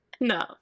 No